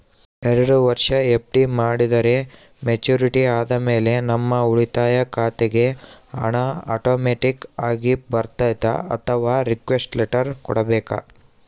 ಎರಡು ವರುಷ ಎಫ್.ಡಿ ಮಾಡಿದರೆ ಮೆಚ್ಯೂರಿಟಿ ಆದಮೇಲೆ ನಮ್ಮ ಉಳಿತಾಯ ಖಾತೆಗೆ ಹಣ ಆಟೋಮ್ಯಾಟಿಕ್ ಆಗಿ ಬರ್ತೈತಾ ಅಥವಾ ರಿಕ್ವೆಸ್ಟ್ ಲೆಟರ್ ಕೊಡಬೇಕಾ?